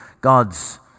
God's